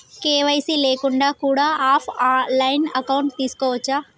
KYC లేకుండా కూడా offline account తీసుకోవచ్చా?